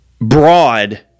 broad